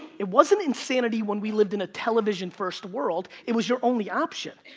it wasn't insanity when we lived in a television first world, it was your only option,